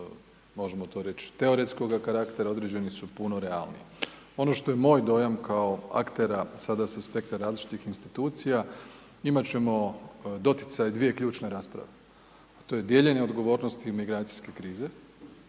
možemo to reći teoretskoga karaktera, određeni su puno realniji. Ono što je moj dojam kao aktera sada sa aspekta različitih institucija, imat ćemo doticaj dvije ključne rasprave, a to je dijeljenje odgovornosti imigracijske krize